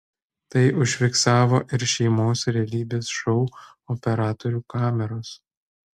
tai užfiksavo ir šeimos realybės šou operatorių kameros